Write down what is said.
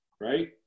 right